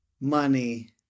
money